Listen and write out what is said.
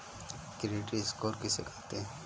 Credit score किसे कहते हैं?